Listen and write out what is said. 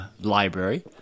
library